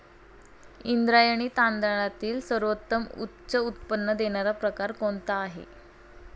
इंद्रायणी तांदळातील सर्वोत्तम उच्च उत्पन्न देणारा प्रकार कोणता आहे?